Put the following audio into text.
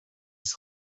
jest